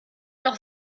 noch